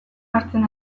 hartzen